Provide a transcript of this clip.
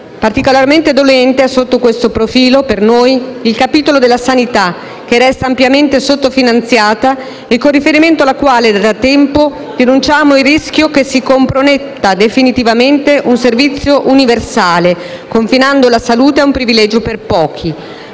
Particolarmente dolente sotto questo profilo per noi è il capitolo della sanità, che resta ampiamente sottofinanziata e con riferimento alla quale da tempo denunciamo il rischio che si comprometta definitivamente un servizio universale, confinando la salute a un privilegio per pochi.